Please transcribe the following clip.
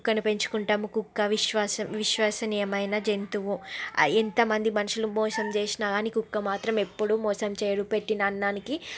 కుక్కను పెంచుకుంటాం కుక్క విశ్వాస విశ్వసనీయమైన జంతువు ఎంతమంది మనుషులు మోసం చేసిన కానీ కుక్క మాత్రం ఎప్పుడూ మోసం చేయరు పెట్టిన అన్నానికి